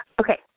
Okay